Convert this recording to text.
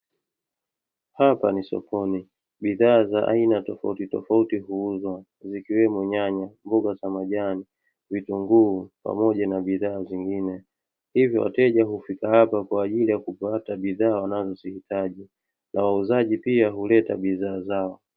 Hapa ni sokoni bidhaa za aina tofautitofauti huuzwa zikiwemo: nyanya, mboga za majani, vitunguu, pamoja na bidhaa zingine. Hivyo wateja hufika hapa kwaajili ya kupata bidhaa wanazozihitaji na wauzaji pia huleta bidhaa zao.